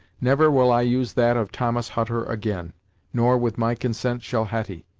never will i use that of thomas hutter again nor, with my consent, shall hetty!